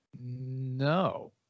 No